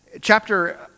Chapter